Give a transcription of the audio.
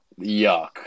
Yuck